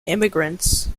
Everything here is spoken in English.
immigrants